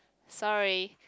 sorry